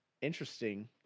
interesting